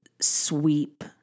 sweep